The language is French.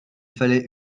fallait